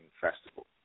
Festival